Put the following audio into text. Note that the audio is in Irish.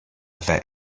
bheith